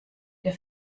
der